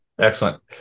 Excellent